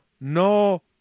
no